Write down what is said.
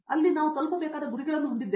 ಅಲ್ಲಿ ನಾವು ತಲುಪಬೇಕಾದ ಗುರಿಗಳನ್ನು ಹೊಂದಿದ್ದೇವೆ